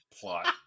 plot